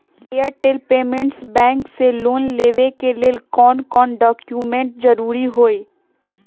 Airtel payments bank से loan लेवे के ले कौन कौन डॉक्यूमेंट जरुरी होइ?